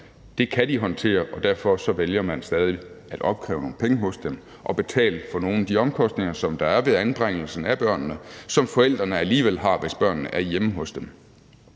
de netop håndtere, og derfor vælger man stadig at opkræve nogle penge hos dem for at betale for nogle af de omkostninger, der er ved anbringelsen af børnene, og som forældrene alligevel ville have, hvis børnene hjemme hos dem.